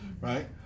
right